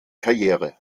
karriere